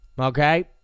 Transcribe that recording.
okay